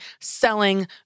selling